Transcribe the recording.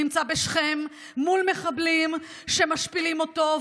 נמצא בשכם מול מחבלים שמשפילים אותו,